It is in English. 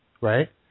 right